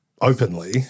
openly